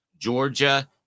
Georgia